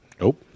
Nope